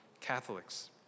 Catholics